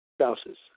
Spouses